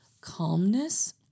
calmness